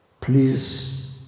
please